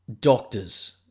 doctors